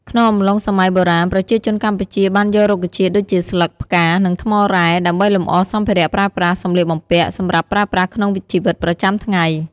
ក្នុងអំឡុងសម័យបុរាណ ប្រជាជនកម្ពុជាបានយករុក្ខជាតិដូចជាស្លឹក ផ្កា និងថ្មរ៉ែ ដើម្បីលម្អសម្ភារៈប្រើប្រាស់ សម្លៀកបំពាក់ សម្រាប់ប្រើប្រាស់ក្នុងជីវិតប្រចាំថ្ងៃ។។